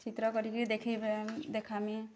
ଚିତ୍ର କରି କି ଦେଖେଇ ଦେଖାମିଁ